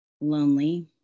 lonely